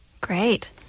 great